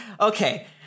Okay